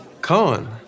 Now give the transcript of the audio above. Cohen